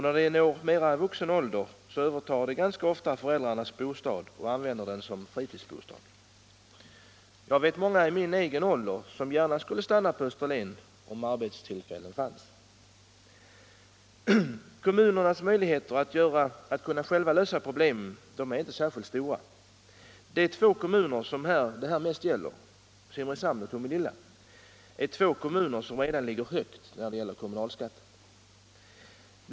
När de når mera vuxen ålder övertar de ganska ofta föräldrarnas bostad och använder den som fritidsbostad. Jag vet många i min egen ålder som gärna skulle stannat på Österlen om arbetstillfällen fanns. Kommunernas möjligheter att själva lösa problemen är inte särskilt stora. De två kommuner som det här mest gäller — Simrishamn och Tomelilla — ligger redan högt när det gäller kommunalskatten.